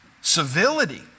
civility